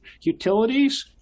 Utilities